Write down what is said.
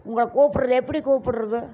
உங்களை கூப்பிடுறது எப்படி கூப்பிடுறது